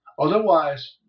otherwise